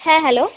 হ্যাঁ হ্যালো